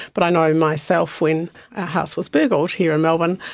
but i know myself when our house was burgled here in melbourne,